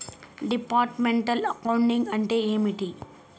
Departmental accounting అంటే ఏమిటి?